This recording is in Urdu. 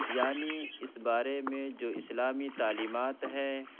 یعنی اس بارے میں جو اسلامی تعلیمات ہیں